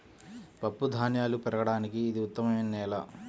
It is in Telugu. పప్పుధాన్యాలు పెరగడానికి ఇది ఉత్తమమైన నేల